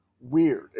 weird